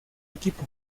equipo